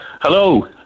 Hello